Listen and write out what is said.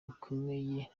bikomeye